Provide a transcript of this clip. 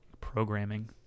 programming